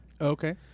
okay